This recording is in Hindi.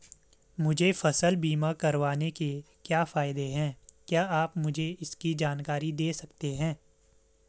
मुझे फसल बीमा करवाने के क्या फायदे हैं क्या आप मुझे इसकी जानकारी दें सकते हैं?